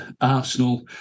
Arsenal